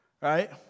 Right